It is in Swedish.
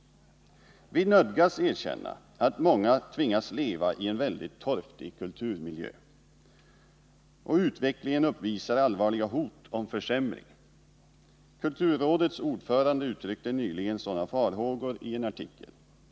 Vi nödgas erkänna att många tvingas leva i en mycket torftig kulturmiljö, och utvecklingen uppvisar allvarliga hot om försämring. Kulturrådets ordförande uttryckte nyligen sådana farhågor i en artikel.